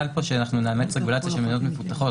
הוא שנאמץ פה רגולציה של מדינות מפותחות.